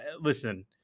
listen